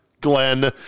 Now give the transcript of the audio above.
Glenn